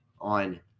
on